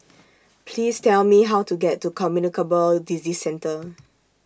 Please Tell Me How to get to Communicable Disease Centre